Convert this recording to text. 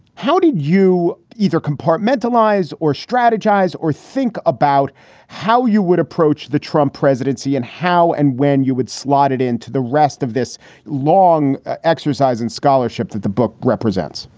how did you either compartmentalize or strategize or think about how you would approach the trump presidency and how and when you would slotted into the rest of this long exercise and scholarship that the book represents?